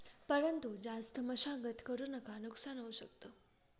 परंतु जास्त मशागत करु नका नुकसान होऊ शकत